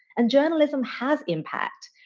and journalism has impact.